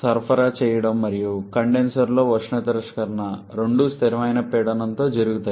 సరఫరా చేయడం మరియు కండెన్సర్లో ఉష్ణ తిరస్కరణ రెండూ స్థిరమైన పీడనంతో జరుగుతాయి